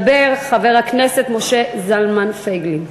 הראשון לדבר, חבר הכנסת משה זלמן פייגלין.